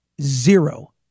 Zero